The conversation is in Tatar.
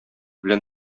белән